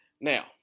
now